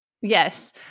Yes